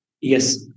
Yes